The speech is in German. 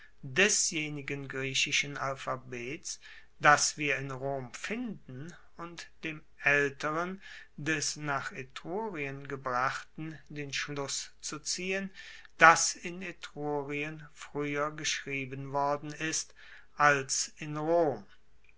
desjenigen griechischen alphabets das wir in rom finden und dem aelteren des nach etrurien gebrachten den schluss zu ziehen dass in etrurien frueher geschrieben worden ist als in rom